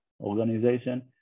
organization